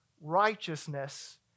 righteousness